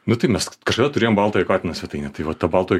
nu tai mes kažkada turėjom baltojo katino svetainę tai va ta baltojo